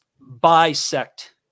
bisect